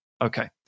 Okay